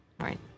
Right